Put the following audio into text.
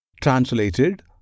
Translated